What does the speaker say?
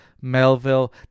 melville